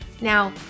Now